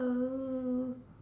oh